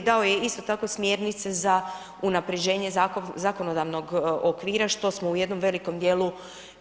Dao je isto tako, smjernice za unaprjeđenje zakonodavnog okvira što smo u jednom velikom dijelu